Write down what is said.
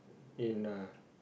in a